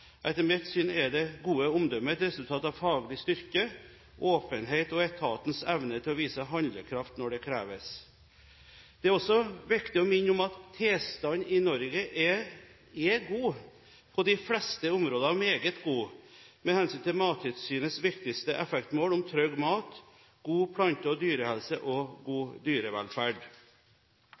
Etter mitt syn er det gode omdømmet et resultat av faglig styrke, åpenhet og etatens evne til å vise handlekraft når det kreves. Det er også viktig å minne om at tilstanden i Norge er god, på de fleste områder meget god, med hensyn til Mattilsynets viktigste effektmål om trygg mat, god plante- og dyrehelse og god dyrevelferd.